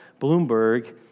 Bloomberg